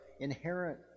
inherent